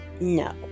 No